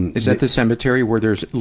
is that the cemetery where there's a,